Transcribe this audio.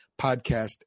podcast